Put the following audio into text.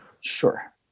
Sure